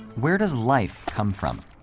where does life come from?